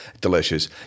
delicious